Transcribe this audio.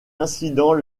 incident